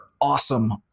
awesome